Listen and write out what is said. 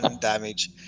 damage